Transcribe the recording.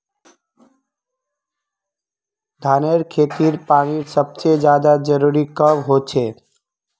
धानेर खेतीत पानीर सबसे ज्यादा जरुरी कब होचे?